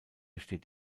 steht